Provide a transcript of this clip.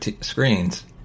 screens